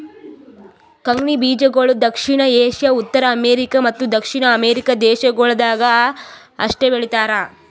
ಕಂಗ್ನಿ ಬೀಜಗೊಳ್ ದಕ್ಷಿಣ ಏಷ್ಯಾ, ಉತ್ತರ ಅಮೇರಿಕ ಮತ್ತ ದಕ್ಷಿಣ ಅಮೆರಿಕ ದೇಶಗೊಳ್ದಾಗ್ ಅಷ್ಟೆ ಬೆಳೀತಾರ